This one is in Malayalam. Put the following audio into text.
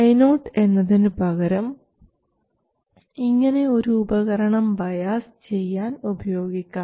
Io എന്നതിനുപകരം ഇങ്ങനെ ഒരു ഉപകരണം ബയാസ് ചെയ്യാൻ ഉപയോഗിക്കാം